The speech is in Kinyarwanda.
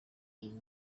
ubu